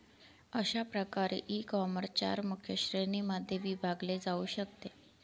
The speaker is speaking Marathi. अशा प्रकारे ईकॉमर्स चार मुख्य श्रेणींमध्ये विभागले जाऊ शकते